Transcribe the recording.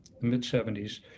mid-70s